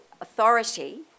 authority